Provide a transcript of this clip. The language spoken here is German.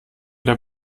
der